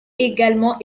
également